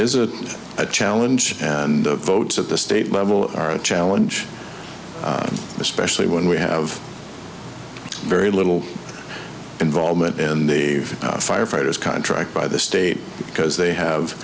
it is a challenge and the votes at the state level are a challenge especially when we have very little involvement in they've firefighters contract by the state because they have